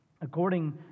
According